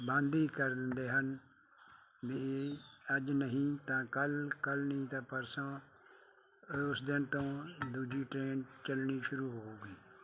ਬੰਦ ਹੀ ਕਰ ਦਿੰਦੇ ਹਨ ਬਈ ਅੱਜ ਨਹੀਂ ਤਾਂ ਕੱਲ੍ਹ ਕੱਲ੍ਹ ਨਹੀਂ ਤਾਂ ਪਰਸੋਂ ਉਸ ਦਿਨ ਤੋਂ ਦੂਜੀ ਟ੍ਰੇਨ ਚੱਲਣੀ ਸ਼ੂਰੁ ਹੋ ਗਈ